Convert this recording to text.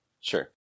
Sure